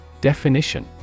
Definition